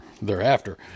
thereafter